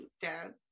dad